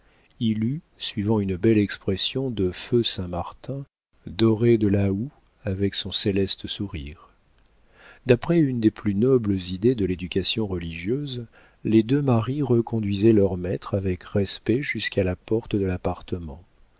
eût suivant une belle expression de feu saint-martin doré de la boue avec son céleste sourire d'après une des plus nobles idées de l'éducation religieuse les deux marie reconduisaient leur maître avec respect jusqu'à la porte de l'appartement